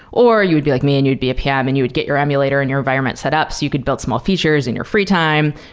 or you'd be like me and you'd be a pm and you would get your emulator and your environment set up so you could build small features in your free time.